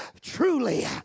truly